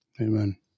Amen